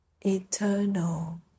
eternal